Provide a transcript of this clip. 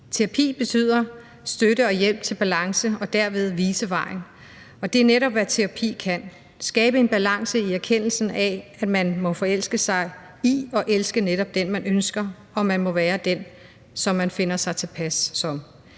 Terapi betyder støtte og hjælp til balance og derved til at vise vejen. Og det er netop, hvad terapi kan: at skabe en balance i erkendelsen af, at man må forelske sig i og elske netop den, man ønsker, og at man må være den, som man finder sig tilpas som.